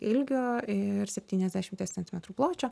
ilgio ir septyniasdešimties centimetrų pločio